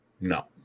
no